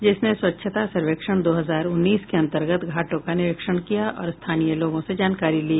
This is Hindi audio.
जिसने स्वच्छता सर्वेक्षण दो हजार उन्नीस के अंतर्गत घाटों का निरीक्षण किया और स्थानीय लोगों से जानकारी ली